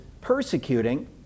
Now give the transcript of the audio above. persecuting